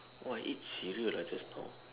oh I eat cereal ah just now